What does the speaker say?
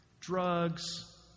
Drugs